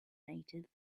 natives